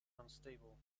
unstable